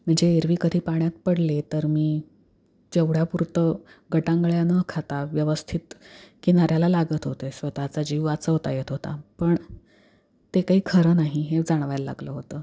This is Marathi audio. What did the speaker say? म्हणजे एरवी कधी पाण्यात पडले तर मी जेवढ्यापुरतं गटांगळ्या न खाता व्यवस्थित किनाऱ्याला लागत होते स्वतःचा जीव वाचवता येत होता पण ते काही खरं नाही हे जाणवायला लागलं होतं